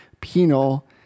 penal